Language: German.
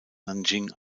nanjing